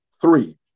Three